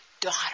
Daughter